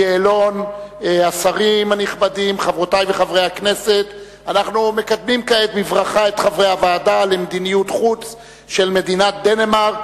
מוועדת הפנים והגנת הסביבה לוועדה המשותפת לוועדת הפנים